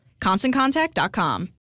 ConstantContact.com